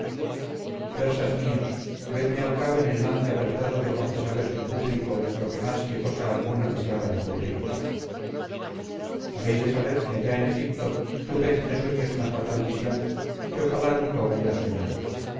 persas míos vedme al cabo en el lance apretado de confesaros en público lo que más que cosa alguna deseaba encubriros habéis de saber que allá en egipto tuve entre sueños una fatal visión que ojalá nunca hubiera soñado